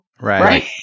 Right